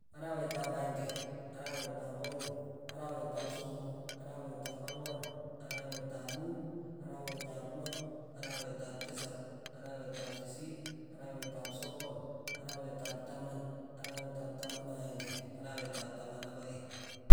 Arawet ap akeng'e, arawet ap aeng', arawet ap somok, arawet ap ang'wan, arawet ap muut, arawet ap loo, arawet ap tisap, arawet ap sisiit, arawet ap sogol, arawet ap taman, arawet ap taman ak aeng'e, arawet ap taman ak aeng'.